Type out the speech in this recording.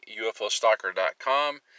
UFOstalker.com